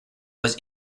was